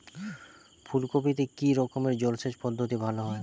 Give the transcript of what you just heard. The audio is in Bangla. ফুলকপিতে কি রকমের জলসেচ পদ্ধতি ভালো হয়?